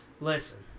Listen